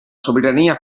sobirania